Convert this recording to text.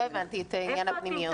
לא הבנתי את עניין הפנימיות,